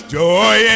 joy